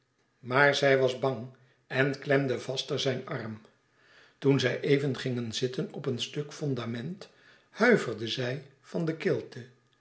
maar zij was bang en klemde vaster zijn arm toen zij even gingen zitten op een stuk fondament huiverde zij van de kilte